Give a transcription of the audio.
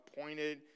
appointed